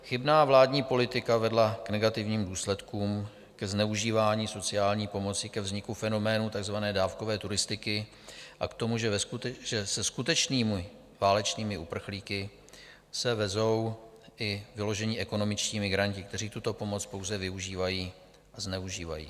Chybná vládní politika vedla k negativním důsledkům, ke zneužívání sociální pomoci, ke vzniku fenoménu takzvané dávkové turistiky a k tomu, že se skutečnými válečnými uprchlíky se vezou i vyložení ekonomičtí migranti, kteří tuto pomoc pouze využívají a zneužívají.